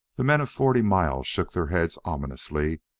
the men of forty mile shook their heads ominously,